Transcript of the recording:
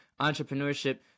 entrepreneurship